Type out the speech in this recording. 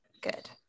good